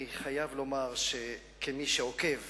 אני חייב לומר שכמי שעוקב